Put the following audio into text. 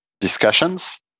discussions